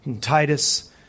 Titus